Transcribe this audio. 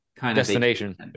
destination